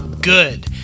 good